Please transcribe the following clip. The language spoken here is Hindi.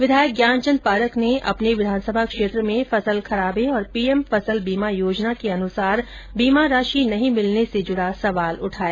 विधायक ज्ञानचंद पारख ने अपने विधानसभा क्षेत्र में फसल खराबे और पीएम फसल बीमा योजना के अनुसार बीमा राशि नही मिलने से जुड़ा सवाल उठाया